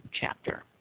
chapter